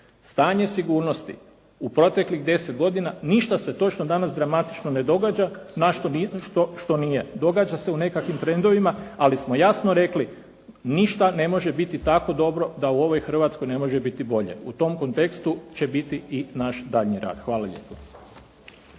Stanje sigurnosti u proteklih 10 godina ništa se točno danas dramatično ne događa što nije, događa se u nekakvim trendovima ali smo jasno rekli, ništa ne može biti tako dobro da u ovoj Hrvatskoj ne može biti bolje. U tom kontekstu će biti i naš daljnji rad. Hvala lijepo.